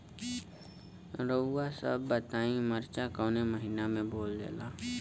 रउआ सभ बताई मरचा कवने महीना में बोवल जाला?